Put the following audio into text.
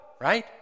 right